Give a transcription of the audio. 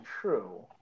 true